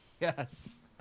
Yes